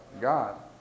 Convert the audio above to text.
God